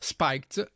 Spiked